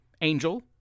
Angel